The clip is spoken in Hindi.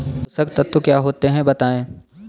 पोषक तत्व क्या होते हैं बताएँ?